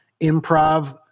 improv